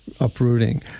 uprooting